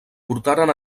portaren